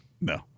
No